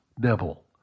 devil